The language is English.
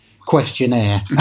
Questionnaire